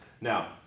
Now